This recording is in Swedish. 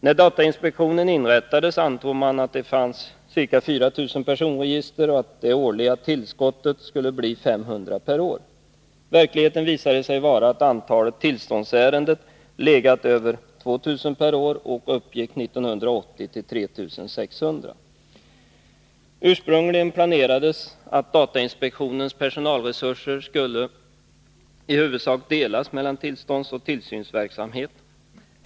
När datainspektionen inrättades, antog man att det fanns ca 4 000 register och att tillskottet skulle bli 500 per år. Verkligheten visade sig vara att antalet tillståndsärenden legat över 2 000 per år och 1980 uppgick till 3 600. Ursprungligen planerades att datainspektionens personalresurser i huvudsak skulle delas mellan tillståndsoch tillsynsverksamhet.